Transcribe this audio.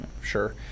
sure